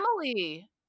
Emily